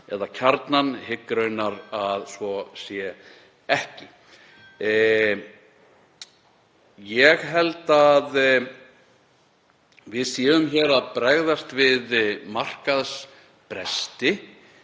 eða Kjarnann, hygg raunar að svo sé ekki. Ég held að við séum hér að bregðast við markaðsbresti